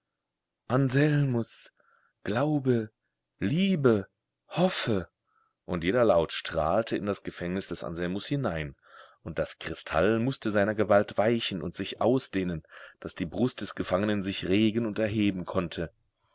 anselmus glaube liebe hoffe und jeder laut strahlte in das gefängnis des anselmus hinein und das kristall mußte seiner gewalt weichen und sich ausdehnen daß die brust des gefangenen sich regen und erheben konnte